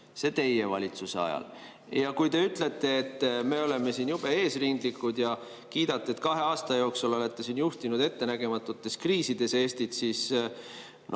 see teie valitsuse ajal. Ja kui te ütlete, et me oleme jube eesrindlikud ja kiidate, et kahe aasta jooksul olete juhtinud Eestit ettenägematutes kriisides, siis ma